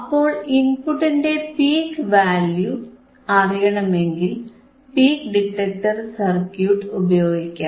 അപ്പോൾ ഇൻപുട്ടിന്റെ peak value അറിയണമെങ്കിൽ പീക്ക് ഡിറ്റക്ടർ സർക്യൂട്ട് ഉപയോഗിക്കാം